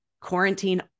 quarantine